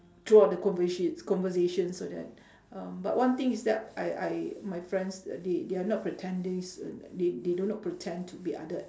throughout the convoshi~ conversations all that um but one thing is that I I my friends th~ they they are not pretendings they they do not pretend to be other